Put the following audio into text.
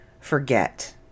forget